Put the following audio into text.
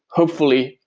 hopefully,